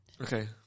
okay